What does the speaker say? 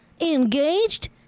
engaged